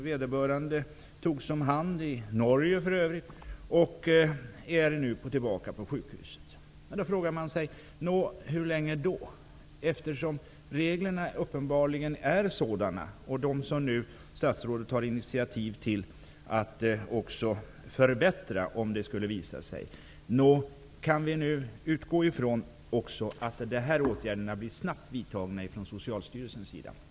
Vederbörande togs om hand, för övrigt i Norge, och är nu tillbaka på sjukhuset. Men man frågar sig: För hur länge? Statsrådet kommer att ta initiativ till att förbättra reglerna, om det skulle visa sig krävas. Kan vi utgå från att sådana åtgärder blir snabbt vidtagna från Socialstyrelsens sida?